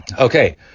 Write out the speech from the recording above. okay